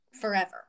forever